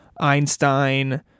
Einstein